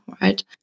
Right